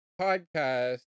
podcast